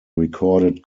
recorded